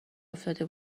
افتاده